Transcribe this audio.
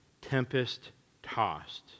tempest-tossed